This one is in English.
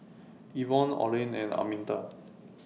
Ivonne Olen and Arminta